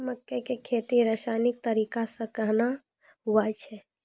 मक्के की खेती रसायनिक तरीका से कहना हुआ छ?